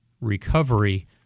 recovery